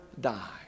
die